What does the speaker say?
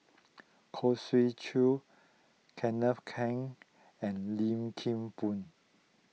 Khoo Swee Chiow Kenneth Keng and Lim Kim Boon